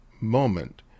moment